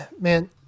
man